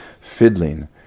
fiddling